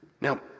Now